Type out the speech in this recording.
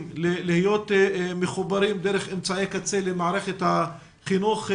להיות מחוברים דרך אמצעי קצה למערכת החינוך מרחוק.